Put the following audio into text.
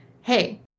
hey